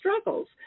struggles